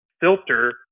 filter